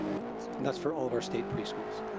that's and that's for all of our state preschools.